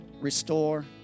restore